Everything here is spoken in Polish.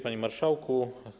Panie Marszałku!